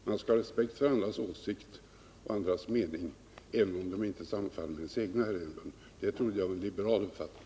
Man skall ha respekt för andras åsikter och andras meningar, även om de inte sammanfaller med ens egna, herr Enlund. Det trodde jag var en liberal uppfattning.